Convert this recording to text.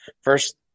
first